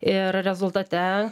ir rezultate